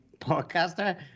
Podcaster